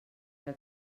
que